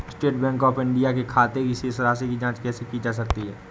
State Bank of India के खाते की शेष राशि की जॉंच कैसे की जा सकती है?